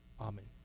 Amen